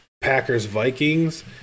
Packers-Vikings